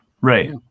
Right